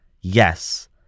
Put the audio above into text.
yes